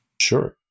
Sure